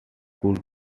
could